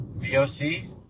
VOC